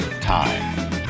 Time